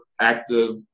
active